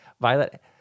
Violet